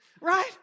right